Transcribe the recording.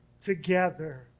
together